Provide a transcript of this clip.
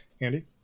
Andy